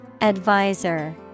Advisor